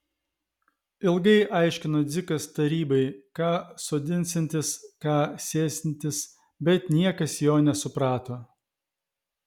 ilgai aiškino dzikas tarybai ką sodinsiantis ką sėsiantis bet niekas jo nesuprato